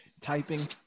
typing